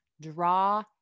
draw